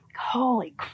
holy